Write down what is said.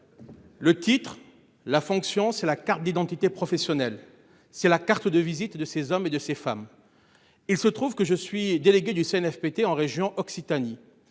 Le titre la fonction c'est la carte d'identité professionnelle, c'est la carte de visite de ces hommes et de ces femmes. Il se trouve que je suis délégué du Cnfpt en région Occitanie